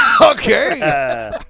Okay